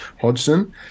Hodgson